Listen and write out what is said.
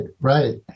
Right